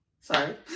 Sorry